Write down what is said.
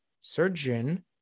surgeon